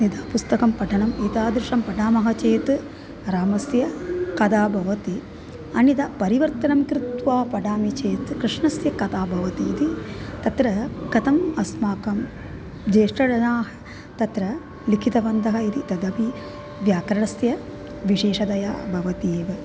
यदा पुस्तकं पठनम् एतादृशं पटामः चेत् रामस्य कदा बवति अन्यदा परिवर्तनं कृत्वा पठामि चेत् कृष्णस्य कथा भवति इति तत्र कथम् अस्माकं ज्येष्ठाः जनाः तत्र लिखितवन्तः इति तदपि व्याकरणस्य विशेषतया भवति एव